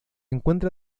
encuentra